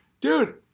Dude